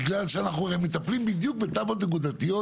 בגלל שאנחנו מטפלים בדיוק בתב"עות נקודתיות